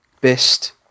best